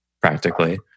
practically